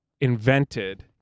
invented